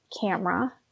camera